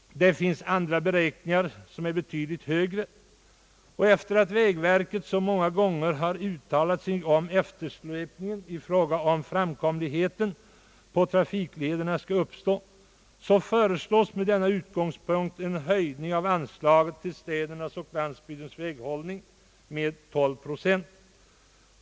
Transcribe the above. Det finns andra beräkningar som visar en betydligt högre siffra. Sedan vägverket så många gånger har uttalat farhågor för att eftersläpning i fråga om framkomligheten på trafiklederna kan uppstå, föreslås med denna utgångspunkt en höjning av anslaget till städernas och landsbygdens väghållning med 12 procent.